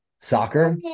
soccer